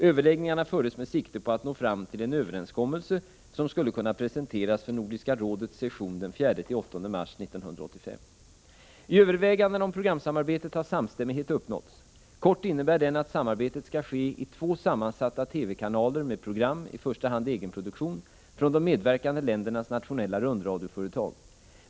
Överläggningarna fördes med sikte på att nå fram till en överenskommelse som skulle kunna presenteras för Nordiska rådets session den 4-8 mars 1985. I övervägandena om programsamarbetet har samstämmighet uppnåtts. Kort innebär den att samarbetet skall ske i två sammansatta TV-kanaler med program, i första hand egenproduktion, från de medverkande ländernas nationella rundradioföretag.